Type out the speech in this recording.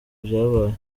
byabaye